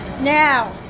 Now